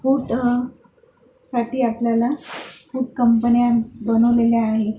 foot साठी आपल्याला खूप कंपन्या बनवलेल्या आहे